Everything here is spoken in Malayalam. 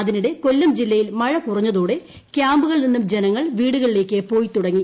അതിനിടെ കൊല്ലം ജില്ലയിൽ മഴ കുറഞ്ഞതോടെ ക്യാമ്പുകളിൽ നിന്നും ജനങ്ങൾ വീടുകളിലേക്കു പോയിത്തുടങ്ങി